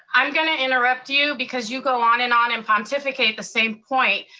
i'm gonna interrupt you, because you go on and on and pontificate the same point.